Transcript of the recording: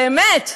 באמת.